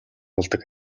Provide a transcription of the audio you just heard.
болдог